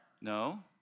No